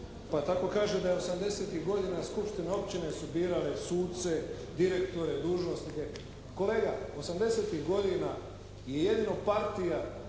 pa tako kaže da je osamdesetih godina skupštine općine su birale suce, direktore, dužnosnike. Kolega osamdesetih godina je jedino partija,